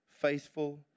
faithful